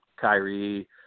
Kyrie